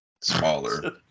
smaller